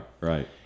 right